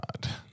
God